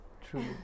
True